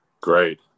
Great